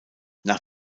nach